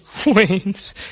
queens